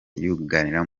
yugarira